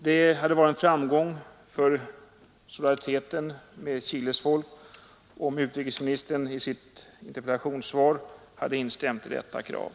Det hade varit en framgång för solidariteten med Chiles folk om utrikesministern i sitt interpellationssvar hade instämt i detta krav.